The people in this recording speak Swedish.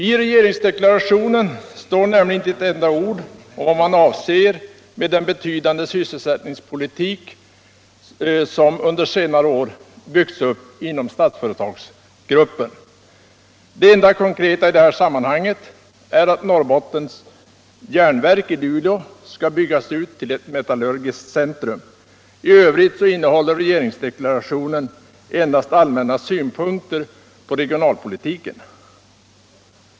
I regeringsdeklarationen står nämligen inte ett enda ord om vad man avser med den betydande sysselsättningspolitik som under senare år byggts upp inom Statsföretagsgruppen. Det enda konkreta i sammanhanget är att Norrbottens Järnverk i Luleå skall byggas ut till ett metallurgiskt centrum. I övrigt innehåller regeringsdeklarationen endast allmänna synpunkter på regionalpolitiken.